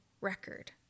record